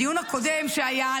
בדיון הקודם שהיה,